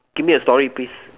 give me a story please